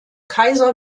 kaiser